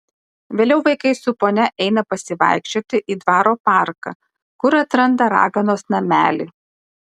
vėliau vaikai su ponia eina pasivaikščioti į dvaro parką kur atranda raganos namelį